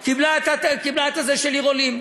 היא קיבלה להיות עיר עולים.